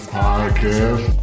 podcast